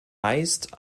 heißt